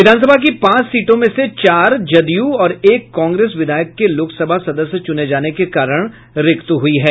विधानसभा की पांच सीटों में से चार जदयू और एक कांग्रेस विधायक के लोकसभा सदस्य चुने जाने के कारण रिक्त हुई है